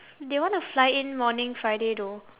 they want to fly in morning friday though